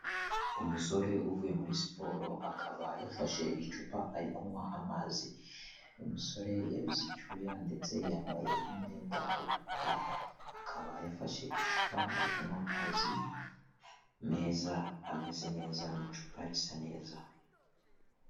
Umusore uvuye muri siporo, akaba yafashe icupa ari kunywa amazi, umusore yabize icyuya ndetse yambaye n'umwenda w'umukara, akaba yafashe icupa ari kunywa amazi meza ameze neza mu icupa risa neza.